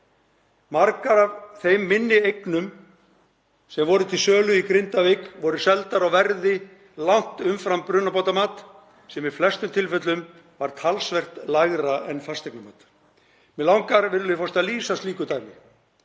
Margar af þeim minni eignum sem voru til sölu í Grindavík voru seldar á verði langt umfram brunabótamat sem í flestum tilfellum var talsvert lægra en fasteignamatið. Mig langar, virðulegur forseti, að lýsa slíku dæmi.